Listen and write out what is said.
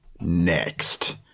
next